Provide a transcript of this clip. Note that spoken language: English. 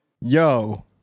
Yo